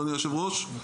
אדוני יושב הראש,